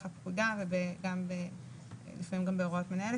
זה מוסדר בצו מכוח הפקודה ולפעמים גם לפי הוראות מנהל.